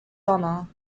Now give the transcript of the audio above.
honor